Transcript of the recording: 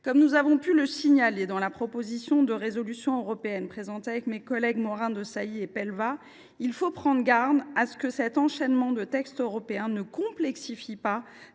Comme nous l’avions signalé dans la proposition de résolution européenne présentée avec Catherine Morin Desailly et Cyril Pellevat, il faut prendre garde à ce que cet enchaînement de textes européens ne complexifie pas